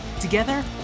Together